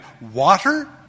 water